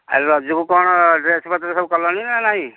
ଆଉ ରଜକୁ କ'ଣ ଡ୍ରେସ୍ ପତର ସବୁ କଲଣି ନା ନାହିଁ